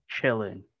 chilling